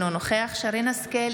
אינו נוכח שרן מרים השכל,